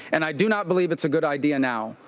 and i do not believe it's a good idea now.